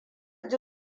ji